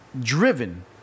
driven